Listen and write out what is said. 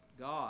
God